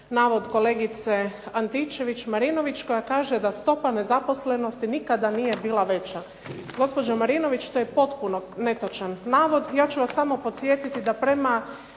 navod kolegice Antičević Marinović koja kaže da stopa nezaposlenosti nikada nije bila veća. Gospođo Marinović to je potpuno netočan navod. Ja ću vas samo podsjetiti da prema